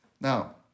Now